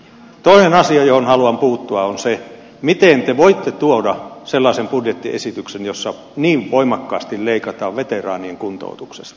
toinen asia johon haluan puuttua on se miten te voitte tuoda sellaisen budjettiesityksen jossa niin voimakkaasti leikataan veteraanien kuntoutuksesta